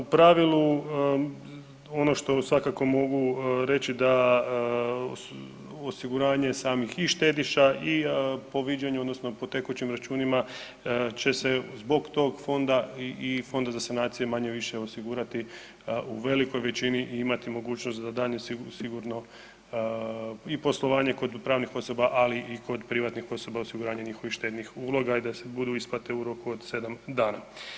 U pravilu ono što svakako mogu reći da osiguranje samih i štediša i po viđenju odnosno po tekućim računima će se zbog tog fonda i Fonda za sanacije manje-više osigurati u velikoj većini i imati mogućnost za daljnje sigurno i poslovanje kod pravnih osoba, ali i kod privatnih osoba osiguranje njihovih štednih uloga i da budu isplate u roku od 7 dana.